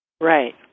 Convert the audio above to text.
Right